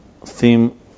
theme